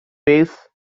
base